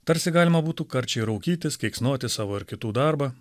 tarsi galima būtų karčiai raukytis keiksnoti savo ir kitų darbą